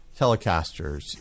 Telecasters